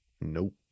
Nope